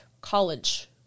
college